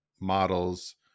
models